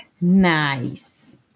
Nice